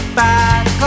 back